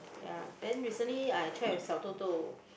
ya then recently I check with Xiao-Dou-Dou